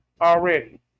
already